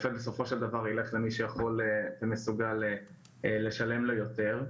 רופא בסופו של דבר יילך למי שיכול ומסוגל לשלם לו יותר.